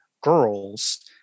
girls